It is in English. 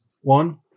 one